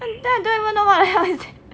and then you don't even know what the hell is it